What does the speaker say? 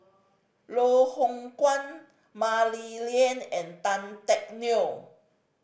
Loh Hoong Kwan Mah Li Lian and Tan Teck Neo